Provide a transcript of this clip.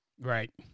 Right